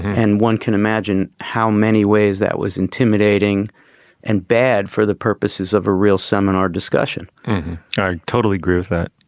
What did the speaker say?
and one can imagine how many ways that was intimidating and bad for the purposes of a real seminar discussion i totally agree with that